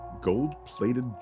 gold-plated